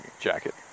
jacket